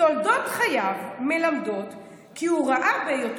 "תולדות חייו מלמדות כי הוא ראה בהיות